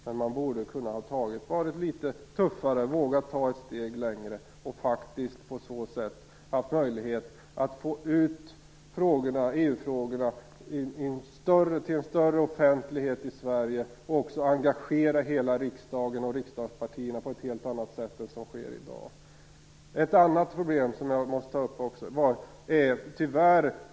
Men man borde varit litet tuffare och vågat gå ett steg längre och på så sätt fått ut EU-frågorna till en större offentlighet i Sverige och också engagerat hela riksdagen och partierna på ett helt annat sätt än i dag. Det finns också ett annat problem som jag måste ta upp.